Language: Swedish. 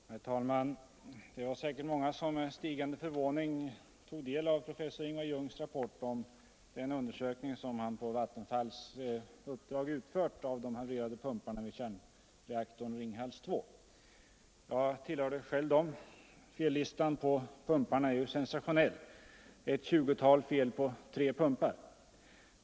Herr talman! Det var säkert många som med stigande förvåning tog del av professor Ingvar Jungs rapport om den undersökning som han på Vattenfalls uppdrag utfört av de havererade pumparna vid kärnreaktorn Ringhals II. Jag tillhörde själv dem. Fellistan på pumparna är sensationell: ett 20-tal fel på tre pumpar.